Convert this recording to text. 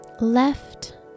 Left